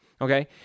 okay